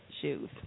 shoes